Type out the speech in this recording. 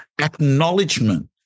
acknowledgement